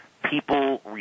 people